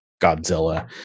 Godzilla